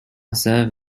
serve